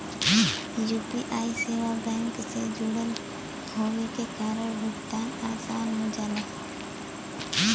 UPI सेवा bank से जुड़ल होये के कारण भुगतान आसान हो जाला